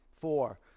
four